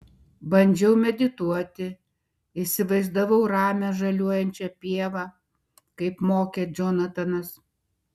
bandžiau medituoti įsivaizdavau ramią žaliuojančią pievą kaip mokė džonatanas